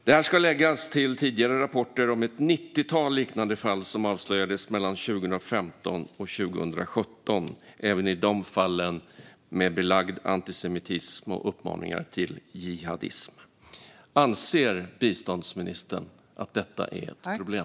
Detta ska läggas till tidigare rapporter om ett nittiotal liknande fall som avslöjades mellan 2015 och 2017, även i dessa fall med belagd antisemitism och uppmaningar till jihadism. Anser biståndsministern att detta är ett problem?